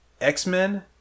X-Men